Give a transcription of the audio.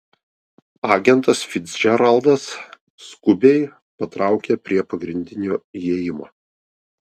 agentas ficdžeraldas skubiai patraukia prie pagrindinio įėjimo